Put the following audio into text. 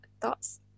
thoughts